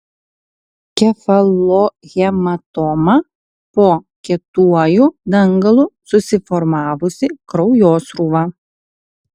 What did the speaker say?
kefalohematoma po kietuoju dangalu susiformavusi kraujosrūva